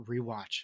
rewatch